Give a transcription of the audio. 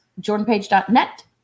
jordanpage.net